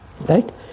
Right